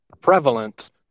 prevalent